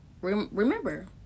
remember